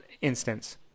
instance